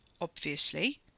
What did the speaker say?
Obviously